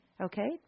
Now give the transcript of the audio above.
Okay